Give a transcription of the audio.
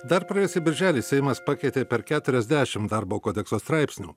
dar praėjusį birželį seimas pakeitė per keturiasdešim darbo kodekso straipsnių